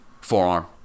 forearm